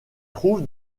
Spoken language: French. trouve